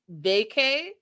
vacay